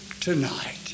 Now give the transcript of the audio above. tonight